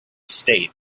state